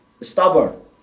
stubborn